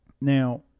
Now